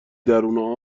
درون